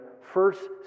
first